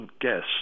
guests